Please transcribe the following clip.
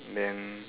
then